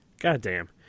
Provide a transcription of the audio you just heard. Goddamn